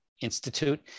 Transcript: Institute